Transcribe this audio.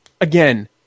again